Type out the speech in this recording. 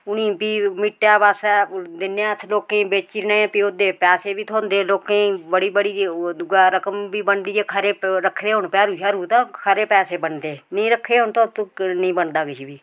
उनें ई फ्ही मीटै बास्तै दिन्ने आं अस लोकें गी बेचने फ्ही ओह्दे पैसे बी थ्होंदे लोकें बड़ी बड़ी दुए रकम बी बनदी ऐ खरे रक्खे दे होन भैरु छैरु तां खरे पैसे बनदे नेईं रक्खे दे होन तां नी बनदा किश बी